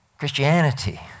Christianity